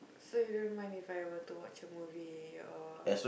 so you don't mind If I were to watch a movie or